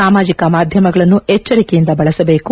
ಸಾಮಾಜಿಕ ಮಾಧ್ಯಮಗಳನ್ನು ಎಚ್ಗರಿಕೆಯಿಂದ ಬಳಸಬೇಕು